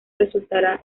resultará